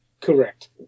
Correct